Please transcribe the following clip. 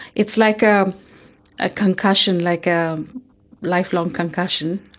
it's like a ah concussion, like a lifelong concussion,